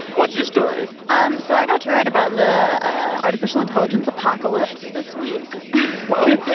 what's your story? um so i got to write about the artificial intelligence apocalypse this week wow.